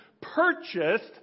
purchased